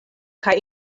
kaj